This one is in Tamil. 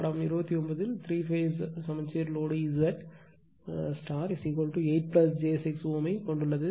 படம் 29 இல் த்ரீ பேஸ் சமச்சீர் லோடு Z 8 j 6 Ω ஐக் கொண்டுள்ளது